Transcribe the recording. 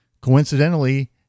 coincidentally